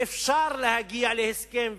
ואפשר להגיע להסכם,